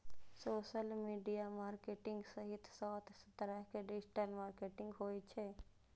social media marketing सहित सात तरहक डिजिटल मार्केटिंग होइ छै